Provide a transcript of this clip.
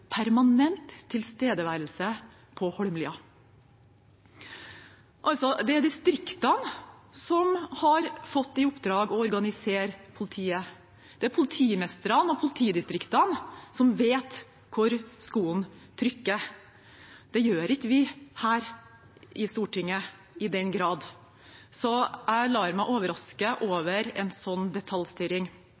permanent tilstedeværelse på Holmlia. Altså, det er distriktene som har fått i oppdrag å organisere politiet. Det er politimestrene og politidistriktene som vet hvor skoen trykker. Det gjør ikke vi her i Stortinget i den grad, så jeg lar meg overraske over en sånn detaljstyring.